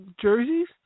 jerseys